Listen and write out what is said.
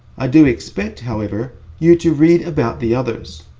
i do expect, however, you to read about the others.